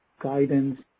guidance